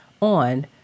on